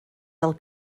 del